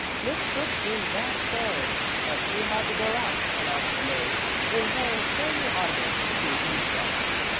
miss brooks is that sorry, but she had to go out, announced the maid in tones plainly audible to the two eavesdroppers.